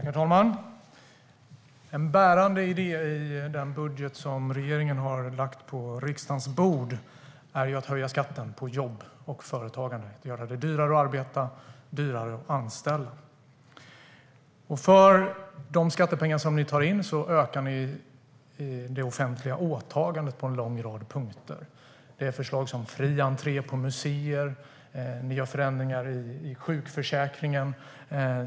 Herr talman! En bärande idé i den budget som regeringen har lagt på riksdagens bord är att höja skatten på jobb och företagande och göra det dyrare att arbeta och dyrare att anställa. För de skattepengar som ni tar in ökar ni det offentliga åtagandet på en lång rad punkter. Ni har förslag om exempelvis fri entré på museer och nya förändringar i sjukförsäkringen.